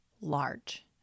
large